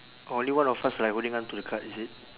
only one of us like holding on to the card is it